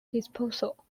disposal